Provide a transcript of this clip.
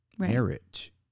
Marriage